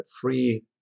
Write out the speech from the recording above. free